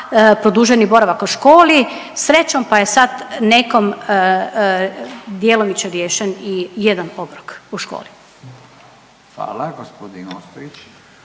produženi boravak u školi, srećom pa je sad nekom djelomično riješen i jedan obrok u školi. **Radin, Furio